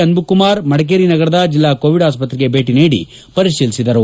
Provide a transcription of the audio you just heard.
ಅನ್ನುಕುಮಾರ್ ಮಡಿಕೇರಿ ನಗರದ ಜಿಲ್ಲಾ ಕೋವಿಡ್ ಆಸ್ತ್ರತೆಗೆ ಭೇಟಿ ನೀಡಿ ಪರಿತೀಲಿಸಿದರು